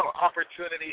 opportunity